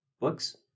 books